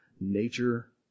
nature